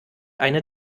eine